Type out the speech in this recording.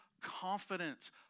confidence